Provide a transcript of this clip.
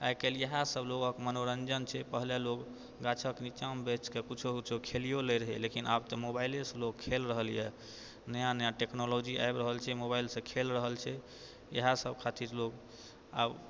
आइ काल्हि इएहे सब लोकके मनोरञ्जन छै पहिले लोक गाछके निच्चामे बैसिके किछो किछो खेलियौ लै रहै लेकिन आब तऽ मोबाइलेसँ लोक खेल रहल यऽ नया नया टेक्नोलॉजी आबि रहल छै मोबाइलसँ खेलि रहल छै इएहे सब खातिर लोक आब